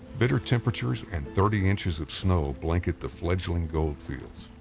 bitter temperatures and thirty inches of snow blanket the fledgling gold fields,